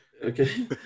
Okay